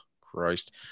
Christ